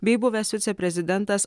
bei buvęs viceprezidentas